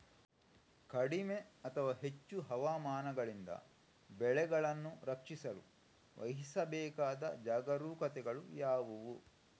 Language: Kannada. ಕಡಿಮೆ ಅಥವಾ ಹೆಚ್ಚು ಹವಾಮಾನಗಳಿಂದ ಬೆಳೆಗಳನ್ನು ರಕ್ಷಿಸಲು ವಹಿಸಬೇಕಾದ ಜಾಗರೂಕತೆಗಳು ಯಾವುವು?